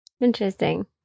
Interesting